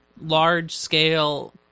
large-scale